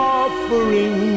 offering